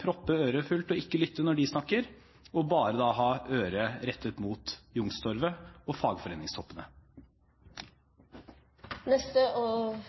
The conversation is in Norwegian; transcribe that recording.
proppe øret fullt og ikke lytte når de snakker, og bare ha øret rettet mot Youngstorget og